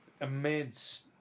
immense